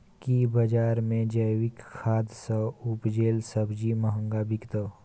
की बजार मे जैविक खाद सॅ उपजेल सब्जी महंगा बिकतै?